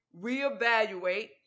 reevaluate